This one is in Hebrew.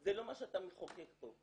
זה לא מה שאתה מחוקק פה.